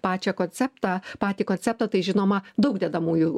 pačią konceptą patį konceptą tai žinoma daug dedamųjų